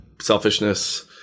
selfishness